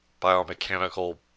biomechanical